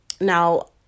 now